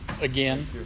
again